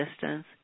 distance